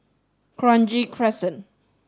Kranji Crescent